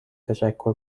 تشکر